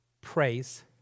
praise